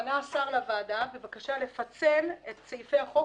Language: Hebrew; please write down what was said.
פנה השר לוועדה בבקשה לפצל את סעיפי החוק